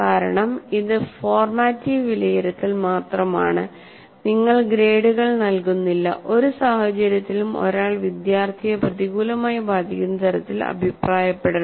കാരണം ഇത് ഫോർമാറ്റീവ് വിലയിരുത്തൽ മാത്രമാണ് നിങ്ങൾ ഗ്രേഡുകൾ നൽകുന്നില്ല ഒരു സാഹചര്യത്തിലും ഒരാൾ വിദ്യാർത്ഥിയെ പ്രതികൂലമായി ബാധിക്കുന്ന തരത്തിൽ അഭിപ്രായപ്പെടരുത്